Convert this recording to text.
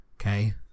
Okay